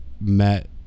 met